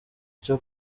cyo